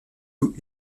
eaux